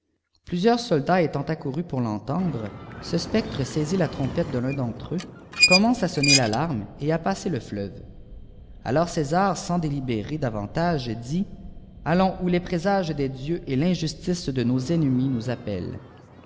pluster soldats étant accourus pour l'entendre ce spectre saisit la trompette de l'un d'entre eux commence à sdimenr l'alarme et passer le fleuve alors cér sans délibérer divrintoge dit r allocis où les présages des dieux et t injustice de nebemnéiiis nous appellent